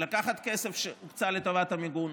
לקחת כסף שהוקצה לטובת המיגון,